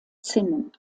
zinnen